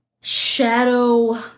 shadow